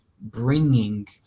bringing